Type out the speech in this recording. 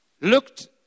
looked